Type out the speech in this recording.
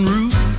Route